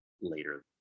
later